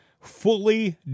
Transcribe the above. fully